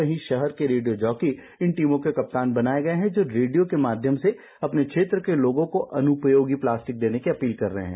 वहीं षहर के रेडियो जॉकी इन टीमों के कप्तान बनाए गए हैं जो रेडियो के माध्यम से अपने क्षेत्र के लोगों से अनुपयोगी प्लास्टिक देने की अपील कर रहे हैं